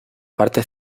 parte